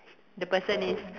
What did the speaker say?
the person is